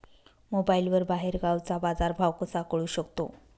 मोबाईलवर बाहेरगावचा बाजारभाव कसा कळू शकतो?